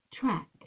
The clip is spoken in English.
track